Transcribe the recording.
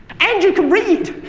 and you can read!